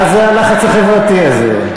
מה זה הלחץ החברתי הזה?